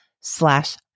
slash